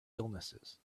illnesses